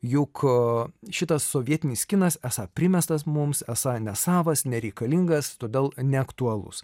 juk šitas sovietinis kinas esą primestas mums esą nesavas nereikalingas todėl neaktualus